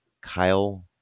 Kyle